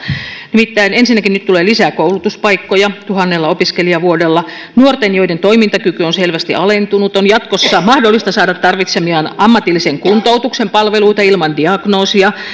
nimittäin ensinnäkin nyt tulee lisää koulutuspaikkoja tuhannella opiskelijavuodella nuorten joiden toimintakyky on selvästi alentunut on jatkossa mahdollista saada tarvitsemiaan ammatillisen kuntoutuksen palveluita ilman diagnoosia